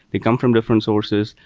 they come from different sources.